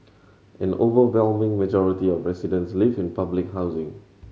an overwhelming majority of residents live in public housing